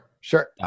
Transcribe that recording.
Sure